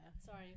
Sorry